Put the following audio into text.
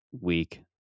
week